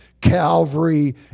Calvary